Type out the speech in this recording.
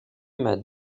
m’as